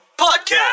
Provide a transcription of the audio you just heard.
Podcast